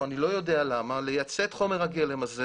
אני לא יודע למה לייצא את חומר הגלם הזה